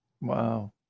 Wow